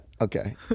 Okay